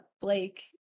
Blake